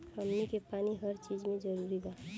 हमनी के पानी हर चिज मे जरूरी बा